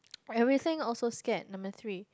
everything also scared number three